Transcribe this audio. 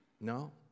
No